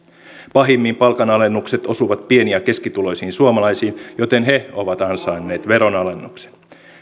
pahimmin palkanalennukset osuvat pieni ja keskituloisiin suomalaisiin joten he ovat ansainneet veronalennuksen